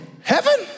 heaven